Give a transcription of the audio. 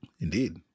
Indeed